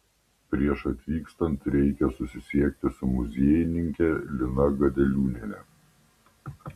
prieš atvykstant reikia susisiekti su muziejininke lina gudeliūniene